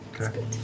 Okay